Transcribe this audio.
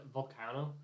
Volcano